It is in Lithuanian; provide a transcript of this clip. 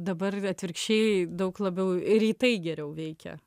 dabar atvirkščiai daug labiau rytai geriau veikia